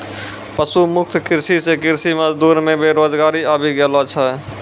पशु मुक्त कृषि से कृषि मजदूर मे बेरोजगारी आबि गेलो छै